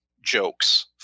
jokes